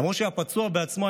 למרות שהיה פצוע בעצמו,